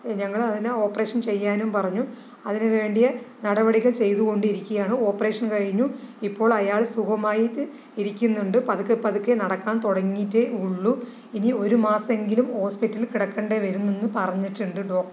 ഞങ്ങള് അതിന ഓപ്പറേഷൻ ചെയ്യാനും പറഞ്ഞു അതിന് വേണ്ടിയ നടപടികൾ ചെയ്തു കൊണ്ടിരിക്കുകയാണ് ഓപ്പറേഷൻ കഴിഞ്ഞു ഇപ്പോൾ അയാൾ സുഖമായിട്ട് ഇരിക്കുന്നുണ്ട് പതുക്കെപ്പതുക്കെ നടക്കാൻ തുടങ്ങിയിട്ടെ ഉള്ളു ഇനി ഒരു മാസം എങ്കിലും ഹോസ്പിറ്റലിൽ കിടക്കേണ്ടി വരും എന്ന് പറഞ്ഞിട്ടുണ്ട് ഡോക്ടർ